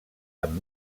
amb